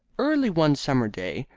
early one summer day,